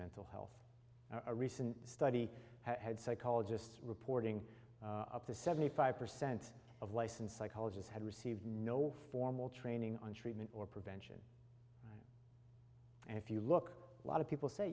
mental health a recent study had psychologists reporting up to seventy five percent of lice and psychologists had received no formal training on treatment or prevention and if you look a lot of people say